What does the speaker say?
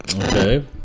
Okay